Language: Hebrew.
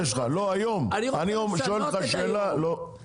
אני שואל אותך --- אני פה בשביל לשנות את המצב היום.